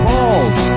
Balls